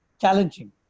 challenging